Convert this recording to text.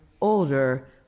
older